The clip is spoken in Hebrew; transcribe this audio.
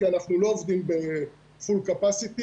כי אנחנו לא עובדים ב full capacity.